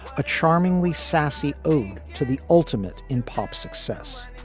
a charmingly sassy ode to the ultimate in pop success,